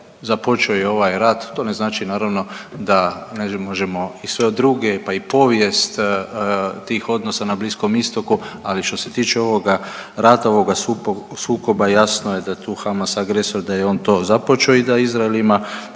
započeo je ovaj rat. To ne znači naravno da … možemo i sve druge pa i povijest tih odnosa na Bliskom Istoku, ali što se tiče ovoga, ovoga sukoba jasno je da tu Hamas agresor i da je on to započeo i da Izrael ima